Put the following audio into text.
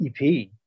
EP